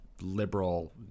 liberal